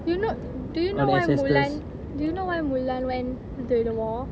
you know do you know why mulan do you know why mulan went into the war